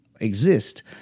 exist